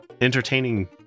Entertaining